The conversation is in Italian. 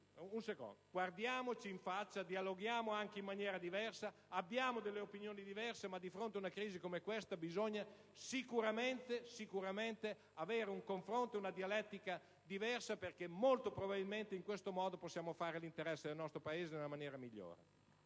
altre. Guardiamoci in faccia e dialoghiamo in maniera diversa: abbiamo opinioni diverse, ma di fronte a una crisi come questa bisogna sicuramente avere un confronto e una dialettica diversi, perché molto probabilmente così possiamo fare l'interesse del nostro Paese nella maniera migliore.